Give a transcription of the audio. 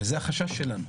וזה החשש שלנו,